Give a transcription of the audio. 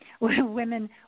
Women